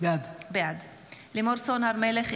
בעד לימור סון הר מלך,